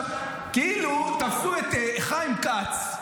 עכשיו כאילו תפסו את חיים כץ.